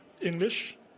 English